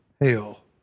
hell